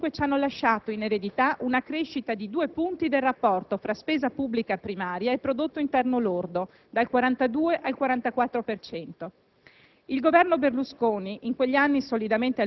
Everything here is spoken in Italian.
Le finanziarie tra il 2002 e il 2005 ci hanno lasciato in eredità una crescita di due punti del rapporto fra spesa pubblica primaria e prodotto interno lordo, dal 42 al 44